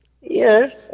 yes